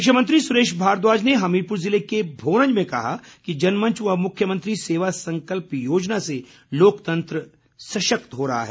शिक्षा मंत्री सुरेश भारद्वाज ने हमीरपुर ज़िले के भोरंज में कहा कि जनमंच व मुख्यमंत्री सेवा संकल्प योजना से लोकतंत्र सशक्त हो रहा है